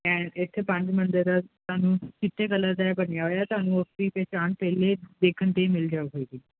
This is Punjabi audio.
ਇਥੇ ਪੰਜ ਮੰਜੇ ਦਾ ਸਾਨੂੰ ਕਿੱਤੇ ਕਲਰ ਦਾ ਬਣਿਆ ਹੋਇਆ ਤੁਹਾਨੂੰ ਓਪੀ ਪਹਿਚਾਣ ਪਹਿਲੇ ਦੇਖਣ ਤੇ ਮਿਲ ਜਾਊਗੀ